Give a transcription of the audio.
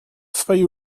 свои